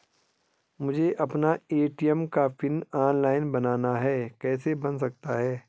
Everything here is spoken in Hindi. मुझे अपना ए.टी.एम का पिन ऑनलाइन बनाना है कैसे बन सकता है?